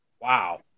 Wow